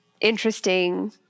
interesting